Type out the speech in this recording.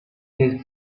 del